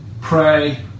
pray